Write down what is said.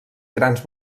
grans